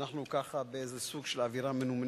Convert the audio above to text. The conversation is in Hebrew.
עתה אנחנו באיזה סוג של אווירה מנומנמת